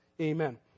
Amen